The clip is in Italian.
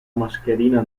mascherina